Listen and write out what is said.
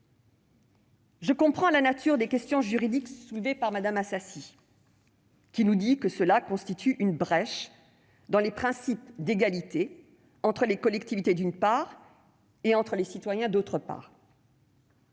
Je comprends la nature des questions juridiques soulevées par Mme Assassi, qui nous dit qu'une telle disposition constituerait une brèche dans les principes d'égalité entre les collectivités, d'une part, et entre les citoyens, d'autre part.